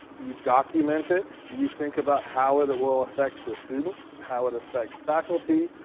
you document it. you think about how it it will affect the students. how it affects faculty.